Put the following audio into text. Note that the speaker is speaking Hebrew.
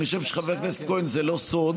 אני חושב, חבר הכנסת כהן, שזה לא סוד,